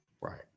Right